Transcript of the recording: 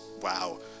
wow